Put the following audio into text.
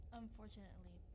unfortunately